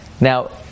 Now